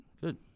Good